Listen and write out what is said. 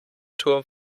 turm